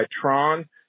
Tron